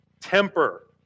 temper